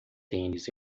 tênis